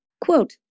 Quote